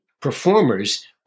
performers